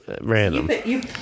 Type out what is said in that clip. random